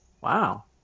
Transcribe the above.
Wow